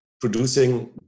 producing